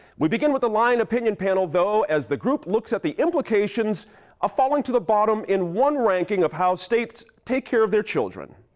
we begin with the line opinion panel, though, as the group looks at the implications of falling to the bottom in one ranking of how states take care of their children.